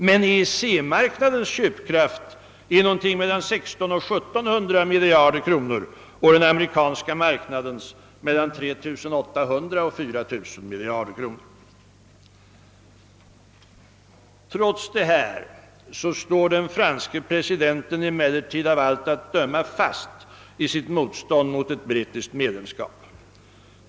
Men EEC marknadens köpkraft är någonting på mellan 1600 och 1700 miljarder kronor. Och den amerikanska marknaden mellan 3800 och 4000 miljarder kronor. Trots detta står den franska presidenten emellertid av allt att döma fast vid sitt motstånd mot ett brittiskt medlemskap.